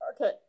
Okay